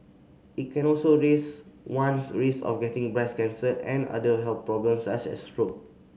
it can also raise one's risk of getting breast cancer and other health problems such as stroke